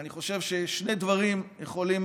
ואני חושב ששני דברים יכולים,